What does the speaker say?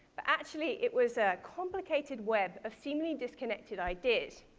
but actually it was a complicated web of seemingly disconnected ideas.